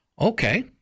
Okay